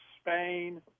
Spain